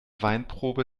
weinprobe